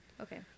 Okay